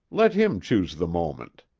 let him choose the moment.